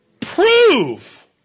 Prove